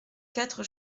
quatre